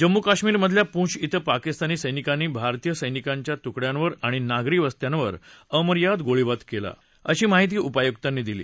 जम्मू काश्मीर मधल्या पूंछ ब्रें पाकिस्तानी सैनिकांनी भारतीय सैनिकांच्या तुकड्यांवर आणि नागरी वस्त्यांवर अमर्याद गोळीबार केला अशी माहिती उपायुक्तांनी दिली